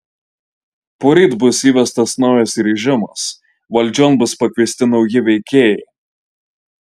poryt bus įvestas naujas režimas valdžion bus pakviesti nauji veikėjai